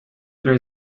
there